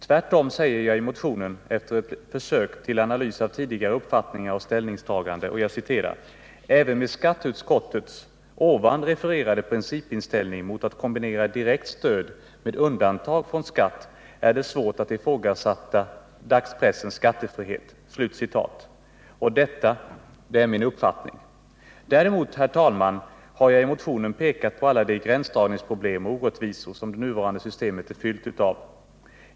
Tvärtom säger jag i motionen efter ett försök till analys av tidigare uppfattningar och ställningstaganden: ”Även med skatteutskottets ovan refererade principinställning mot att kombinera direkt stöd med undantag från skatt, är det svårt att ifrågasätta dagspressens skattefrihet.” Detta är min uppfattning. Däremot, herr talman, har jag i motionen pekat på alla de gränsdragningsproblem och orättvisor som det nuvarande systemet är fyllt av.